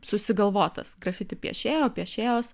susigalvotas grafiti piešėjo piešėjos